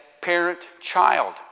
parent-child